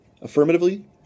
affirmatively